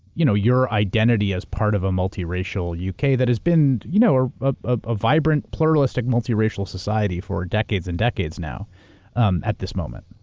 you know identity as part of a multiracial u. k. that has been you know ah ah a vibrant, pluralistic, multiracial society for decades and decades now um at this moment.